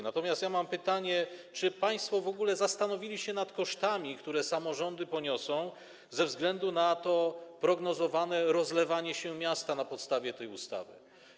Natomiast mam takie pytanie: Czy państwo w ogóle zastanowili się nad kosztami, które samorządy poniosą ze względu na to prognozowane rozlewanie się miasta na podstawie tej ustawy?